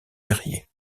verrier